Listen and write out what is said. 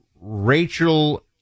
Rachel